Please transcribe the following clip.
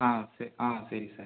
ஆ சரி ஆ சரி சார்